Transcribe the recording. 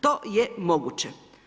To je moguće.